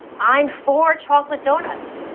i am for chocolate donuts.